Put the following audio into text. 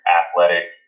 athletic